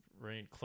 right